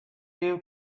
you